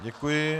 Děkuji.